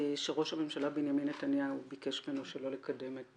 שראש הממשלה בנימין נתניהו ביקש ממנו שלא לקדם את